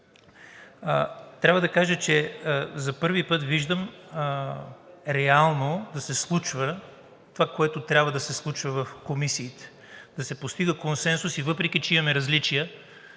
трябва да кажа, че за първи път виждам реално да се случва това, което трябва да се случва в комисиите – да се постига консенсус, и въпреки че имаме различия,